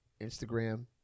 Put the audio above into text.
Instagram